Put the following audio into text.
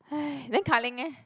then Ka-Ling leh